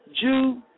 Jew